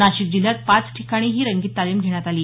नाशिक जिल्ह्यात पाच ठिकाणी ही रंगीत तालीम घेण्यात आली